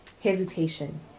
hesitation